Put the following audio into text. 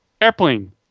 Airplane